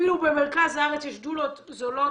אפילו במרכז הארץ יש דולות זולות